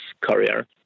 career